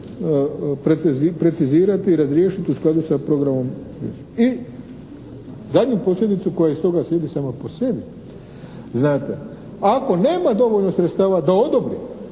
precizirati i razriješiti u skladu sa programom vijeća. I zadnju posljedicu koja iz toga sljedi sama po sebi znate. Ako nema dovoljno sredstava da odobri